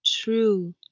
true